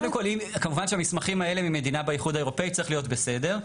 כמובן שהמסמכים האלה ממדינה באיחוד האירופי צריך להיות בסדר,